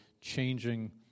changing